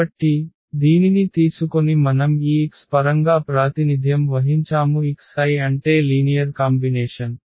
కాబట్టి దీనిని తీసుకొని మనం ఈ X పరంగా ప్రాతినిధ్యం వహించాము xi అంటే లీనియర్ కాంబినేషన్